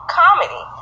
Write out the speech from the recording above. comedy